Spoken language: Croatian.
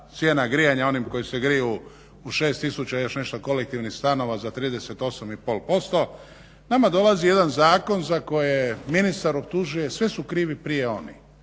cijena grijanja onima koji se griju u 6000 i još nešto kolektivnih stanova za 38,5%, nama dolazi jedan zakon za koje ministar optužuje sve su krivi prije oni.